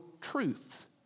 truth